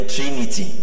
Trinity